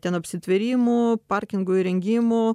ten apsitvėrimų parkingo įrengimų